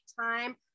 time